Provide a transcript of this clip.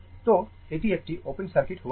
তো এটি একটি ওপেন সার্কিট হওয়া উচিত